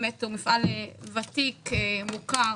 הוא מפעל ותיק ומוכר.